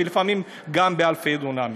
ולפעמים גם באלפי דונמים.